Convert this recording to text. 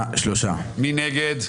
מי נגד?